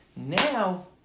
Now